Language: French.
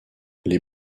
les